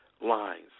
lines